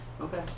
Okay